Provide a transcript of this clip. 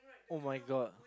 [oh]-my-god